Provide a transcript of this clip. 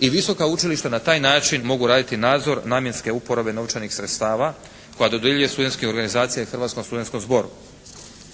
i visoka učilišta na taj način mogu raditi nadzor namjenske uporabe novčanih sredstava koja dodjeljuje studentske organizacije i Hrvatskom studentskom zboru.